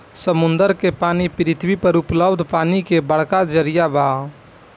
समुंदर के पानी पृथ्वी पर उपलब्ध पानी के बड़का जरिया बा